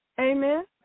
Amen